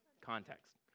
context